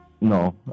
no